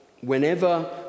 Whenever